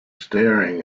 staring